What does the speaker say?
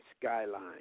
Skyline